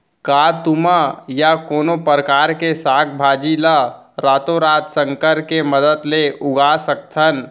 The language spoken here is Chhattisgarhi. का तुमा या कोनो परकार के साग भाजी ला रातोरात संकर के मदद ले उगा सकथन?